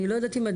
נמצאת איתנו